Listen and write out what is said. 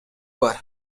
бар